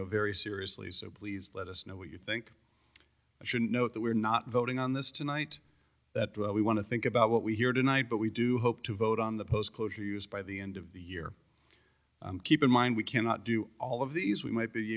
know very seriously so please let us know what you think i should note that we're not voting on this tonight we want to think about what we hear tonight but we do hope to vote on the post closure used by the end of the year keep in mind we cannot do all of these we might be